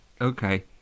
okay